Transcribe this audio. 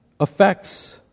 effects